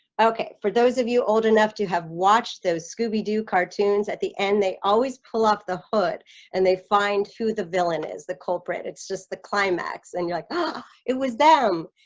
okay, for those of you old enough to have watched those scooby-doo cartoons at the end they always pull up the hood and they find who the villain is the culprit it's just the climax and like ah, it was them.